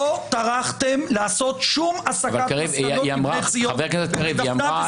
לא טרחתם לעשות שום הסקת מסקנות מבני ציון ובית דפנה,